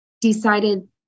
decided